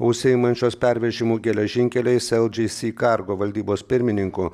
užsiimančios pervežimu geležinkeliais eldžisi kargo valdybos pirmininku